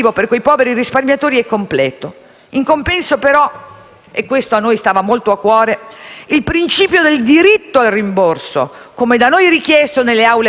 e questo a noi stava molto a cuore - il principio del diritto al rimborso, come da noi richiesto nelle Aule parlamentari grazie alla mozione del collega Augello,